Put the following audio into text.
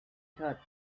thought